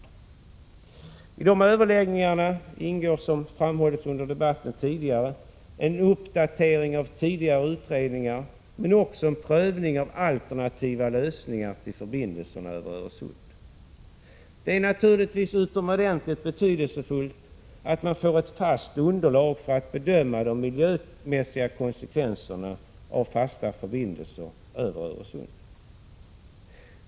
I de överläggningarna ingår, som framhållits tidigare under debatten, en uppdatering av tidigare utredningar, men också en prövning av alternativa lösningar till förbindelserna över Öresund. Det är naturligtvis utomordentligt betydelsefullt att man får ett fast underlag för att bedöma de miljömässiga konsekvenserna av fasta förbindelser över Öresund.